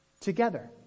together